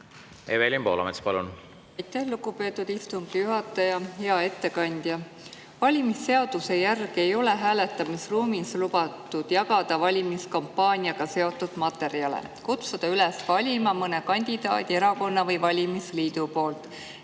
Evelin Poolamets, palun! Aitäh, lugupeetud istungi juhataja! Hea ettekandja! Valimisseaduse järgi ei ole hääletamisruumis lubatud jagada valimiskampaaniaga seotud materjale, kutsuda üles [hääletama] mõne kandidaadi, erakonna või valimisliidu poolt